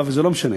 לא משנה,